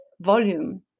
volume